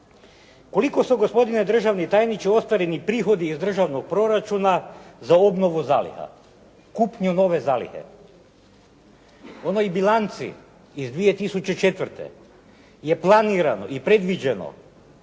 koliko su, gospodine državni tajniče ostvareni prihodi iz državnog proračuna za obnovu zaliha, kupnju nove zalihe? Onoj bilanci iz 2004. je planirano i predviđeno